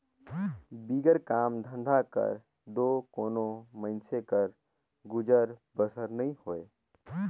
बिगर काम धंधा कर दो कोनो मइनसे कर गुजर बसर नी होए